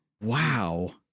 Wow